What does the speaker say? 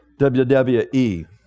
WWE